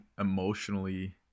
emotionally